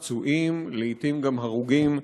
פצועים, לעתים גם הרוגים,